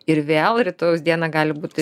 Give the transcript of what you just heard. ir vėl rytojaus dieną gali būt